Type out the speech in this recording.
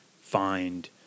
find –